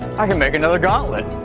i can make another gauntlet!